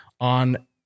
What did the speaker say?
on